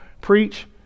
Preach